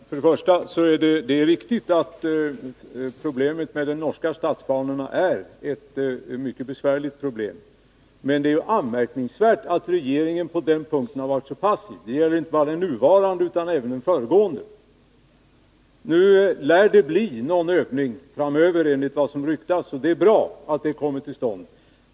Herr talman! Det är riktigt att problemet med de norska statsbanorna är ett mycket besvärligt problem. Men det är anmärkningsvärt att regeringen på den punkten har varit så passiv — det gäller inte bara den nuvarande regeringen utan även den föregående. Nu lär det bli någon övning framöver, enligt vad som ryktas, och det är bra att den kommer till stånd.